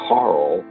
Carl